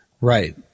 right